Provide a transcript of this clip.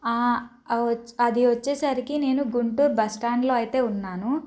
అది వచ్చేసరికి నేను గుంటూరు బస్టాండ్లో అయితే ఉన్నాను